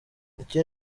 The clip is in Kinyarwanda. iki